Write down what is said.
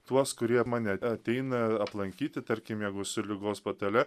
tuos kurie mane ateina aplankyti tarkim su ligos patale